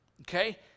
Okay